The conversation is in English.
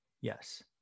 Yes